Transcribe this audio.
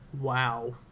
Wow